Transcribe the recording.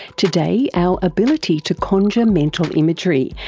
today, our ability to conjure mental imagery,